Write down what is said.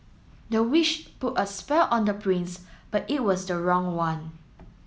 the witch put a spell on the prince but it was the wrong one